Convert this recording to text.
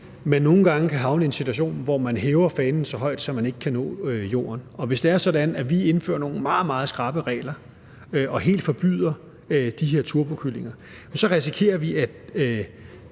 man nogle gange kan havne i en situation, hvor man hæver fanen så højt, at man ikke kan nå jorden. Hvis det er sådan, at vi indfører nogle meget, meget skrappe regler og helt forbyder de her turbokyllinger, risikerer vi, at